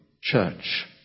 church